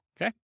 Okay